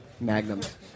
magnums